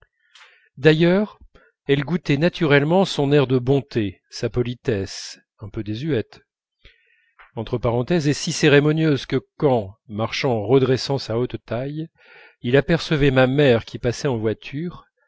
d'ailleurs elle goûtait naturellement son air de bonté sa politesse un peu désuète et si cérémonieuse que quand marchant en redressant sa haute taille il apercevait ma mère qui passait en voiture